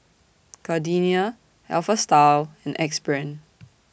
Gardenia Alpha Style and Axe Brand